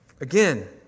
Again